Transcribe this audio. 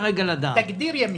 תגדיר "ימין".